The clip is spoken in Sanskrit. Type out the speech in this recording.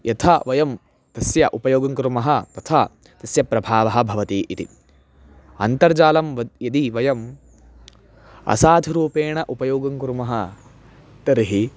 यथा वयं तस्य उपयोगं कुर्मः तथा तस्य प्रभावः भवति इति अन्तर्जालं वद् यदि वयम् असाधुरूपेण उपयोगं कुर्मः तर्हि